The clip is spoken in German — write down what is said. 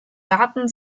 garten